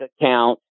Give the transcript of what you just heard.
account